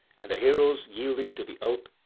and the heroes yielding to the oath,